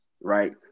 Right